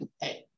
Hey